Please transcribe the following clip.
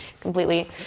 completely